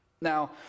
Now